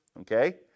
okay